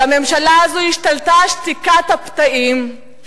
על הממשלה הזו השתלטה שתיקת הפתאים,